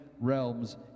realms